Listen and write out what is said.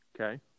Okay